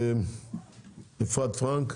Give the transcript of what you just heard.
אפרת פרנק.